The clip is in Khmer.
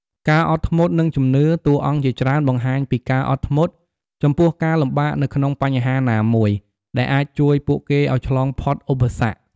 ការអត់ធ្មត់ និងជំនឿ តួអង្គជាច្រើនបង្ហាញពីការអត់ធ្មត់ចំពោះការលំបាកនៅក្នុងបញ្ហាណាមួយ ដែលអាចជួយពួកគេឱ្យឆ្លងផុតឧបសគ្គ ។